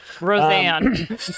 Roseanne